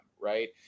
right